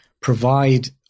provide